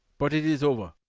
but it is over!